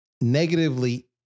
negatively